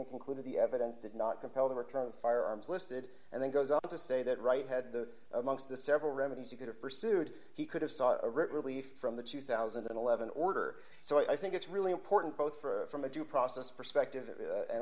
include the evidence did not compel the return of firearms listed and then goes on to say that right had the amongst the several remedies you could have pursued he could have saw a relief from the two thousand and eleven order so i think it's really important both for from a due process perspective and